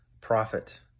prophet